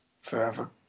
Forever